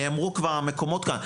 נאמרו כבר המקומות כאן.